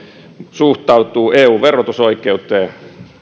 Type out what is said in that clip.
suhtautuvat eun verotusoikeuteen